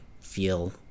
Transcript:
feel